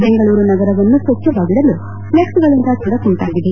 ಬೆಂಗಳೂರು ನಗರವನ್ನು ಸ್ವಚ್ಲವಾಗಿಡಲು ಫ್ಲೆಕ್ಸ್ಗಳಿಂದ ತೊಡಕುಂಟಾಗಿದೆ